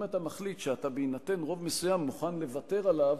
אם אתה מחליט שבהינתן רוב מסוים אתה מוכן לוותר עליו,